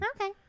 Okay